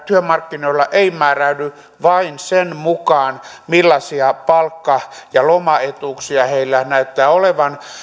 työmarkkinoilla ei määräydy vain sen mukaan millaisia palkka ja lomaetuuksia heillä näyttää olevan